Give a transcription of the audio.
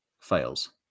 fails